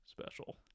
special